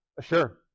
sure